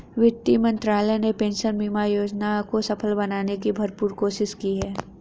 वित्त मंत्रालय ने पेंशन बीमा योजना को सफल बनाने की भरपूर कोशिश की है